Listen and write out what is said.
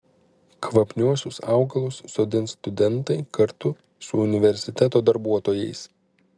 kvapniuosius augalus sodins studentai kartu su universiteto darbuotojais